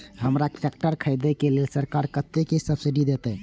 हमरा ट्रैक्टर खरदे के लेल सरकार कतेक सब्सीडी देते?